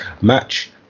match